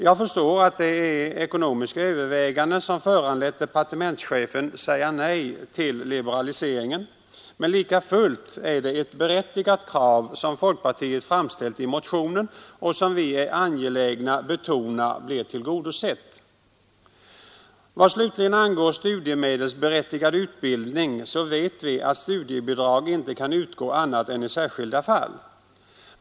Jag förstår att det är ekonomiska överväganden som föranlett departementschefen att säga nej till liberaliseringen, men lika fullt är det ett berättigat krav som folkpartiet framställt i motionen och som vi är angelägna att betona bör bli tillgodosett. Vad slutligen angår studiemedelsberättigad utbildning vet vi att studiebidrag inte kan utgå annat än i särskilda fall.